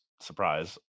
Surprise